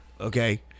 okay